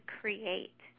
create